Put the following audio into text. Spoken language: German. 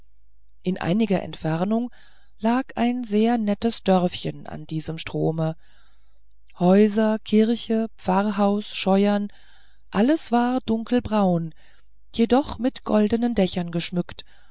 in einiger entfernung lag ein sehr nettes dörfchen an diesem strome häuser kirche pfarrhaus scheuern alles war dunkelbraun jedoch mit goldenen dächern geschmückt